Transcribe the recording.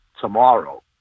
tomorrow